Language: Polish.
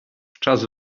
czas